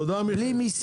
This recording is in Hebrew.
למה?